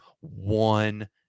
one